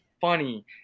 funny